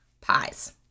pies